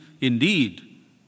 indeed